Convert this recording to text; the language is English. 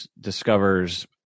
discovers